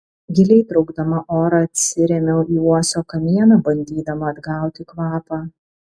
giliai traukdama orą atsirėmiau į uosio kamieną bandydama atgauti kvapą